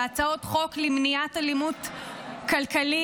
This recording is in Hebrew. בהצעות חוק למניעת אלימות כלכלית,